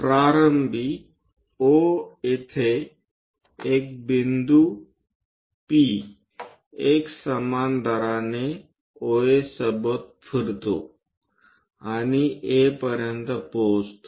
प्रारंभी O येथे एक बिंदू P एकसमान दराने OA सोबत फिरतो आणि A पर्यंत पोहोचतो